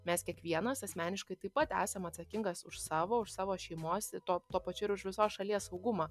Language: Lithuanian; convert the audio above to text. mes kiekvienas asmeniškai taip pat esam atsakingas už savo už savo šeimos ir tuo tuo pačiu ir už visos šalies saugumą